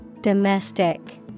Domestic